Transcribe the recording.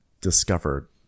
discovered